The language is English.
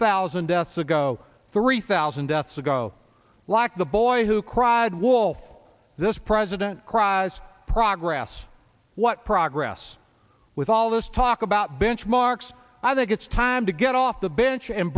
thousand deaths ago three thousand deaths ago like the boy who cried wolf this president cries progress what progress with all this talk about benchmarks i think it's time to get off the bench and